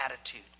attitude